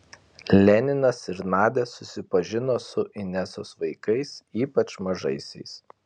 leninas ir nadia susipažino su inesos vaikais ypač mažaisiais